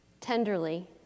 Tenderly